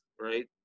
right